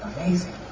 Amazing